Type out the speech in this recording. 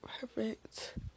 perfect